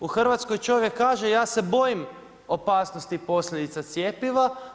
U Hrvatskoj čovjek kaže ja se bojim opasnosti i posljedica cjepiva.